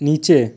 নিচে